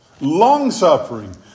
Long-suffering